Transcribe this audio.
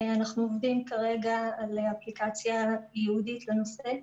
אנחנו עובדים כרגע על אפליקציה ייעודית לנושא.